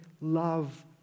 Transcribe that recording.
love